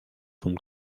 von